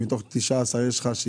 יש פה חברת כנסת,